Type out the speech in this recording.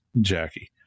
Jackie